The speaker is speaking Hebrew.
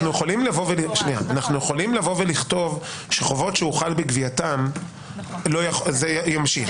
אז אנחנו יכולים לבוא ולכתוב שחובות שהוחל בגבייתם זה ימשיך,